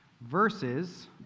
verses